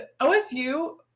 OSU